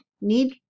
need